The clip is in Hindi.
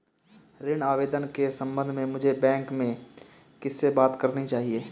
ऋण आवेदन के संबंध में मुझे बैंक में किससे बात करनी चाहिए?